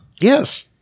Yes